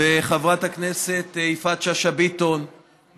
וחברת הכנסת יפעת שאשא ביטון,